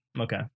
okay